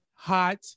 hot